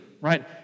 right